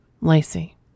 Lacey